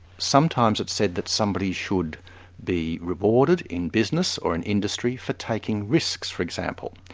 sometimes it's said that somebody should be rewarded in business, or in industry, for taking risks for example.